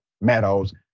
Meadows